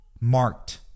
marked